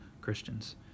Christians